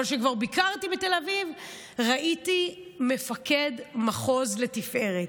אבל כשכבר ביקרתי בתל אביב ראיתי מפקד מחוז לתפארת.